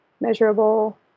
measurable